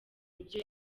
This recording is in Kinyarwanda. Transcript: ibyo